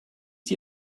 die